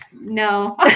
No